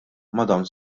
madam